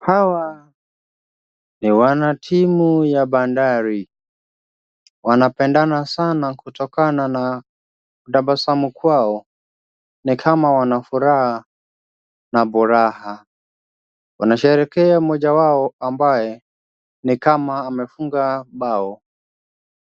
Hawa ni wana timu ya bandari, wanapendana sana kutokana na kutabasamu kwao, ni kama wana furaha na buraha, wanasherekea mmoja wao ambao ni kama amefunga bao,